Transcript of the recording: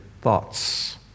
thoughts